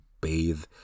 bathe